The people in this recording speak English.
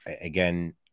again